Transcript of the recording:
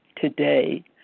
today